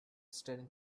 staring